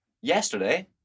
Yesterday